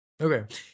okay